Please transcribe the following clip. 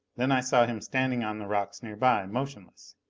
then i saw him standing on the rocks nearby, motionless.